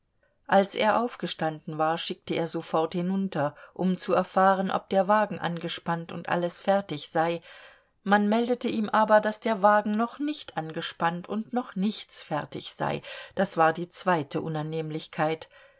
als er aufgestanden war schickte er sofort hinunter um zu erfahren ob der wagen angespannt und alles fertig sei man meldete ihm aber daß der wagen noch nicht angespannt und noch nichts fertig sei das war die zweite